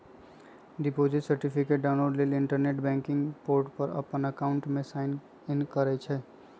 deposit certificate download लेल internet banking portal पर अप्पन अकाउंट में साइन करइ छइ